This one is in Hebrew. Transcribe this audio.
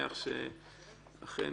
שמח שאכן